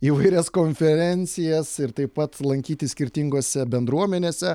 įvairias konferencijas ir taip pat lankytis skirtingose bendruomenėse